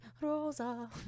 Rosa